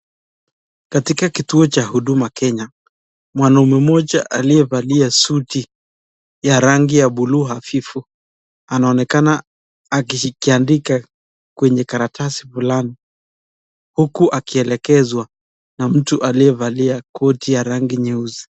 Katika kituo cha Huduma Kenya mwanaume mmoja aliyevalia suti ya rangi ya bluu ya afifu anaonekana akiandika kwenye karatasi fulani huku akielekezwa na mtu aliyevalia koti ya rangi nyeusi.